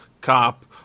cop